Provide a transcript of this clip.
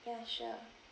ya sure